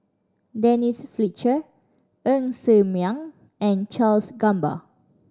Denise Fletcher Ng Ser Miang and Charles Gamba